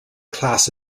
class